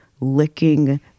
licking